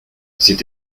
c’est